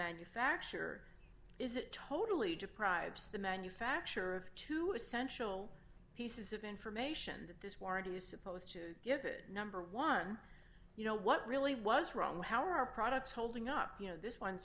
manufacturer is it totally deprives the manufacturer of two essential pieces of information that this warranty is supposed to give it number one you know what really was wrong how are our products holding up you know this one